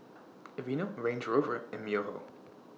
Aveeno Range Rover and Myojo